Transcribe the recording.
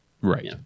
right